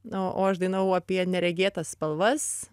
na o aš dainavau apie neregėtas spalvas